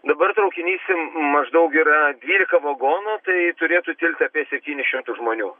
dabar traukinys maždaug yra dvylika vagonų tai turėtų tilpti apie septynis šimtus žmonių